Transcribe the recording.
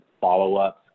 follow-ups